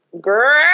girl